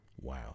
Wow